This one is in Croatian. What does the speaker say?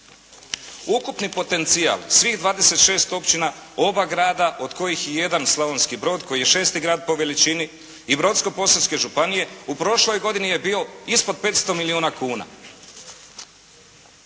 Ukupni potencijal svih 26 općina, oba grada, od kojih je jedan Slavonski Brod koji je šesti grad po veličini i Brodsko-posavske županije u prošloj godini je bio ispod 500 milijuna kuna.